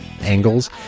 Angles